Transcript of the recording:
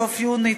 בסוף יוני,